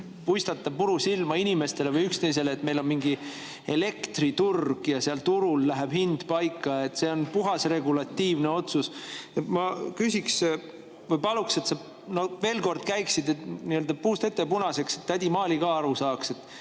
puistata puru silma inimestele või üksteisele, et meil on mingi elektriturg ja seal turul läheb hind paika. See on puhas regulatiivne otsus. Ma küsiks või paluks, et sa veel kord teeksid puust ette ja punaseks, nii et tädi Maali ka aru saaks: